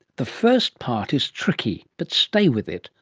the first part is tricky, but stay with it,